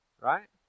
Right